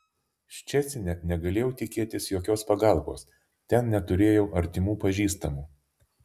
ščecine negalėjau tikėtis jokios pagalbos ten neturėjau artimų pažįstamų